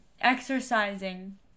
exercising